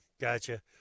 Gotcha